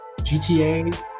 gta